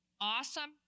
Awesome